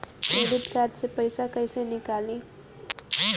Credit card से पईसा केइसे निकली?